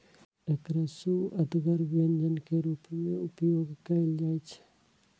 एकरा सुअदगर व्यंजन के रूप मे उपयोग कैल जाइ छै